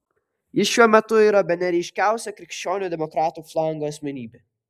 jis šiuo metu yra bene ryškiausia krikščionių demokratų flango asmenybė